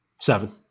seven